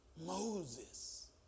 Moses